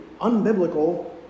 unbiblical